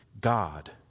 God